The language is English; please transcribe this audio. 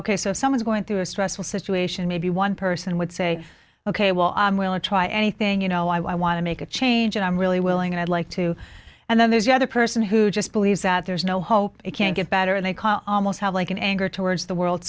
so someone's going through a stressful situation maybe one person would say ok well i'm willing to try anything you know i want to make a change and i'm really willing and i'd like to and then there's the other person who just believes that there's no hope you can't get back and they call almost like an anger towards the world